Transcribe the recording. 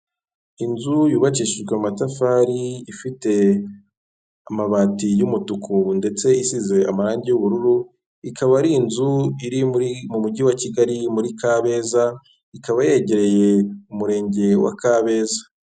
Inzu yubakishijwe amatafari, ifite amabati y'umutuku, ndetse isize amarangi y'ubururu, ikaba ari inzu iri mu mujyi wa Kigali, muri Kabeza, ikaba yegereye umurenge wa Kabeza.